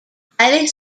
haile